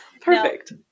perfect